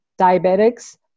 diabetics